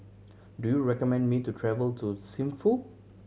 do you recommend me to travel to Thimphu